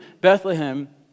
Bethlehem